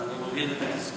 אז אני מבין את התסכול,